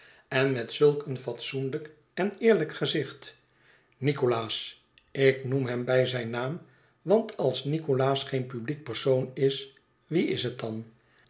en met zulk een fatsoenlijk en eerlijk gezicht nicholas ik noem hern bij zijn naam want als nicholas geen publiek persoon is wie is het dan